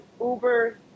Uber